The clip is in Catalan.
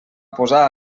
posar